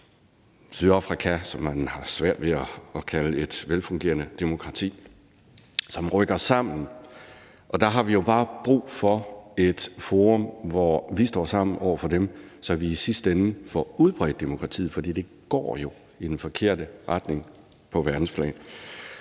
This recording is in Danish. Sydafrika – som man har svært ved at kalde et velfungerende demokrati – som rykker sammen, og der har vi bare brug for et forum, hvor vi står sammen over for dem, så vi i sidste ende får udbredt demokratiet, for det går jo i den forkerte retning på verdensplan.